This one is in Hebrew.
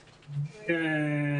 פשוטה.